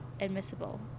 admissible